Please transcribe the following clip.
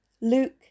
Luke